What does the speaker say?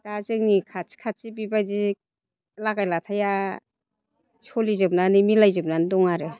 दा जोंनि खाथि खाथि बेबायदि लागाय लाथाया सोलिजोबनानै मिलायजोबनानै दं आरो